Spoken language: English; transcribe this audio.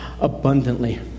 abundantly